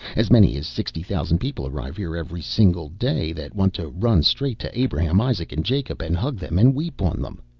as many as sixty thousand people arrive here every single day, that want to run straight to abraham, isaac and jacob, and hug them and weep on them.